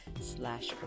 slash